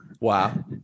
wow